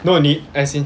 no 你 as in